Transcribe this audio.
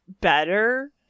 better